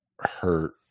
hurt